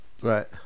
right